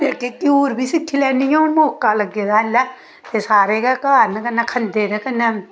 में आखेआ घ्यूर बी सिक्खी लैन्नी हून मौका लग्गेआ तां इसलै एह् सारे गै घर न कन्नै खंद्धे ते कन्नै